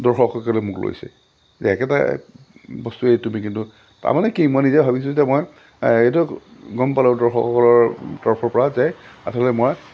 দৰ্শকসকলে মোক লৈছে যে একেটা বস্তুৱেই তুমি কিন্তু তাৰমানে কি মই নিজে ভাবিছোঁ যে মই এইটো গম পালোঁ দৰ্শকসকলৰ তৰফৰ পৰা যে আচলতে মই